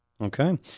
Okay